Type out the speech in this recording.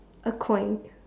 a coin